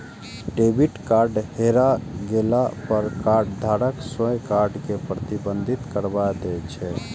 debit card हेरा गेला पर कार्डधारक स्वयं कार्ड कें प्रतिबंधित करबा दै छै